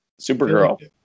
Supergirl